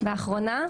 והאחרונה,